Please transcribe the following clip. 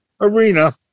arena